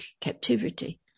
captivity